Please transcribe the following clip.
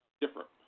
different